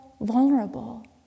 vulnerable